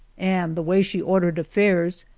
and the way she ordered affairs,